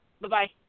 Bye-bye